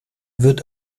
wird